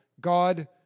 God